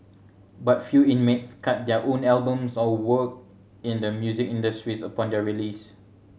but few inmates cut their own albums or work in the music industries upon their release